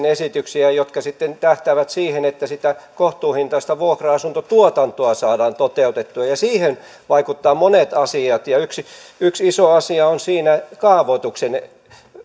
esityksiä jotka sitten tähtäävät siihen että sitä kohtuuhintaista vuokra asuntotuotantoa saadaan toteutettua ja siihen vaikuttavat monet asiat yksi yksi iso asia on siinä kaavoituksen